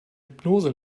hypnose